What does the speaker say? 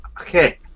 Okay